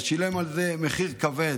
ושילם על זה מחיר כבד,